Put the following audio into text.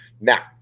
Now